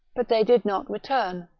but they did not return.